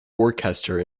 worcester